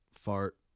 Fart